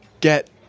get